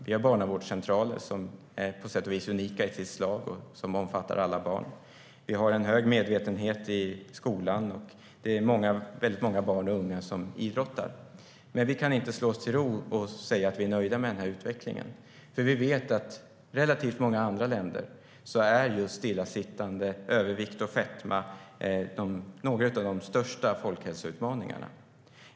Vi har barnavårdscentraler, som på sätt och vis är unika i sitt slag och som omfattar alla barn. Vi har en stor medvetenhet om detta i skolan, och det är väldigt många barn och unga som idrottar. Men vi kan inte slå oss till ro och säga att vi är nöjda med denna utveckling. Vi vet nämligen att i relativt många andra länder är just stillasittande, övervikt och fetma några av de största folkhälsoutmaningarna.